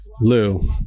Lou